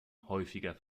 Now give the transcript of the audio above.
häufiger